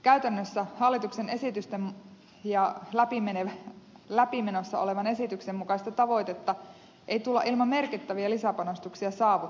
käytännössä hallituksen esitysten ja läpimenossa olevan esityksen mukaista tavoitetta ei tulla ilman merkittäviä lisäpanostuksia saavuttamaan